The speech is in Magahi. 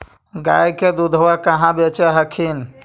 गया के दूधबा कहाँ बेच हखिन?